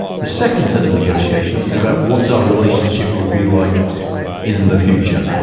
the second set of negotiations is about what our relationship will be like in the future.